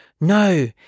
No